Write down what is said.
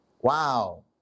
Wow